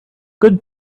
good